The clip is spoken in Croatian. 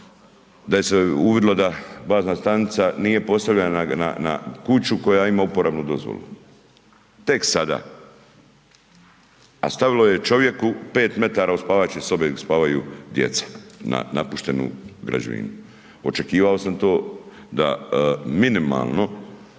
da je se uvidilo da bazna stanica nije postavljena na kuću koja ima uporabnu dozvolu, tek sada, a stavilo je čovjeku 5m od spavaće sobe gdje spavaju djeca, na napuštenu građevinu. Očekivao sam to da minimalno